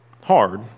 hard